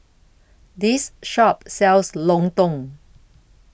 This Shop sells Lontong